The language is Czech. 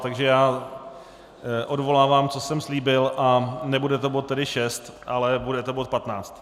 Takže já odvolávám, co jsem slíbil a nebude to tedy bod 6, ale bude to bod 15.